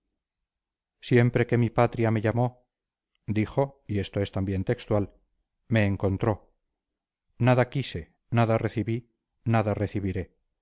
siempre que mi patria me llamó dijo y esto es también textual me encontró nada quise nada recibí nada recibiré